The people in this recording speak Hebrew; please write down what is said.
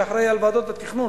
שאחראי לוועדות התכנון,